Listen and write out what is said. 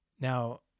Now